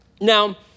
Now